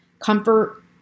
comfort